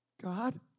God